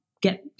get